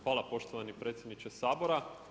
Hvala poštovani predsjedniče Sabora.